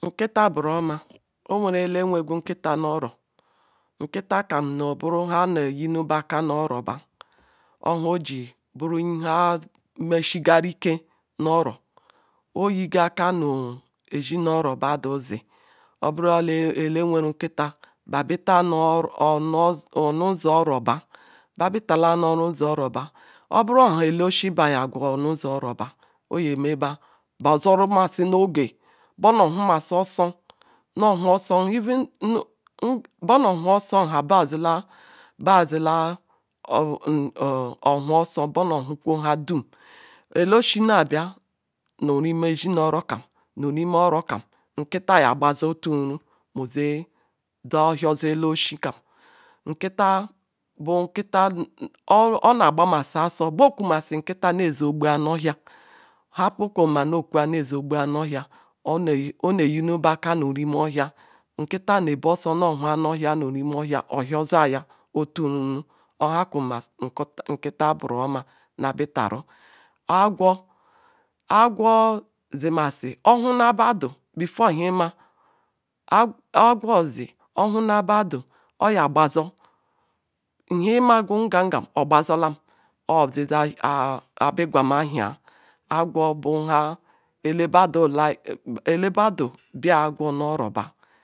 Nkita boro-omah owerele nwehgu nkita nu oro nkita kam noh bu nha nne yinuba-akah nu oro bah orh nhe oji buru nha meshiriga ikeh nu-oro oyiga akah nu ozinoro bama zi obula nu ele nweru nkita obita nu nu uzor oooba oburu oha ele-oshi biagwu nu uzor oro-bah uyeme soso nno ohu osoh obanah ohu oso haba zila ba zila hmm ohuo oso bama hukwa iheoum ele-oshi nah bia nu ǌ-emeh ezi-noro kam nu niimeh orokam nkita za ghaje otu ihu me ozeh doh ohivze ele-oshi kam nkita bu nkita ona gbamasi asor gbamasi a sor beh kuma rhe nkita ne ezeh egbu anoh ohia oneh yini bah akah nu ime-ohia nkita neh beh oso nu ohu anoh ohia nimeh ohia ohioza yah otu iwa obu yay nkita boro-oma nu obitaru. Agwo Agwo zimasi oruna before ima Agwo zi ophuna baou oya gbazor nhegi mag. u nga ngam ogbasolam odide apigama ahiah Agwo bu hah elebadu nlike ele badu bia agwo nu oro bah